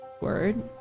Word